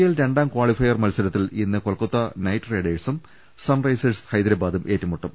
L രണ്ടാം qualifier മത്സരത്തിൽ ഇന്ന് കൊൽക്കത്ത നൈറ്റ്റൈഡേഴ്സും സൺറൈസേഴ്സ് ഹൈദരാബാദും ഏറ്റുമുട്ടും